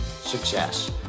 success